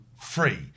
free